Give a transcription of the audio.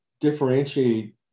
differentiate